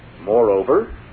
Moreover